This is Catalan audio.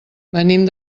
venim